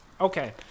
Okay